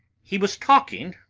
he was talking,